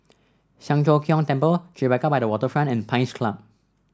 Siang Cho Keong Temple Tribeca by the Waterfront and Pines Club